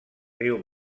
riu